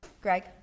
greg